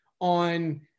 on